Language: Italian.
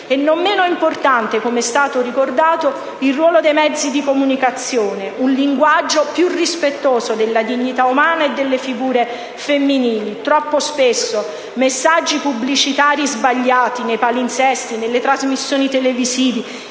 Non meno importante, come è stato ricordato, è il ruolo dei mezzi di comunicazione, che dovrebbero usare un linguaggio più rispettoso della dignità umana e delle figure femminili. Troppo spesso sentiamo, infatti, messaggi pubblicitari sbagliati nei palinsesti, nelle trasmissioni televisive